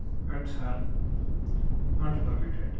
pets are not permitted